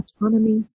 autonomy